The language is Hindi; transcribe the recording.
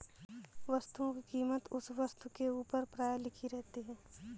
वस्तुओं की कीमत उस वस्तु के ऊपर प्रायः लिखी रहती है